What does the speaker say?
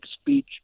speech